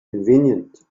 convenient